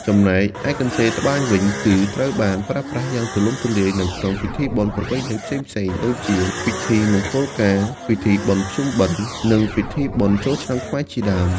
ចំណែកឯកន្ទេលត្បាញវិញ គឺត្រូវបានប្រើប្រាស់យ៉ាងទូលំទូលាយនៅក្នុងពិធីបុណ្យប្រពៃណីផ្សេងៗ ដូចជាពិធីមង្គលការ ពិធីបុណ្យភ្ជុំបិណ្ឌ និងពិធីបុណ្យចូលឆ្នាំខ្មែរជាដើម។